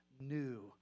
new